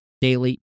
Daily